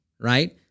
right